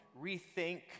rethink